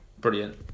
Brilliant